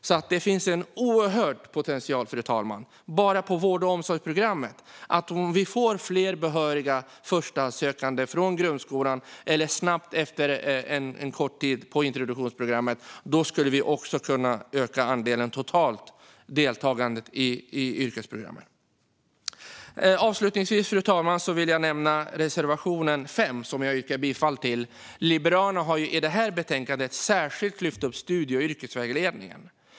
Det finns alltså en oerhörd potential på vård och omsorgsprogrammet. Om vi bara får fler behöriga förstahandssökande från grundskolan eller efter en kort tid på introduktionsprogrammet skulle vi kunna öka det totala deltagandet i yrkesprogrammen. Fru talman! Låt mig avslutningsvis nämna reservation 5, som jag yrkar bifall till. Liberalerna har i detta betänkande särskilt lyft upp studie och yrkesvägledningen.